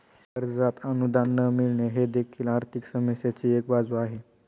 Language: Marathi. कर्जात अनुदान न मिळणे ही देखील आर्थिक समस्येची एक बाजू आहे